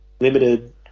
limited